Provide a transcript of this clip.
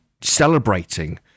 celebrating